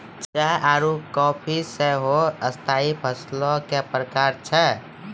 चाय आरु काफी सेहो स्थाई फसलो के प्रकार छै